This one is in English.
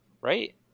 right